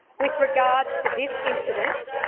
with regards to this incident,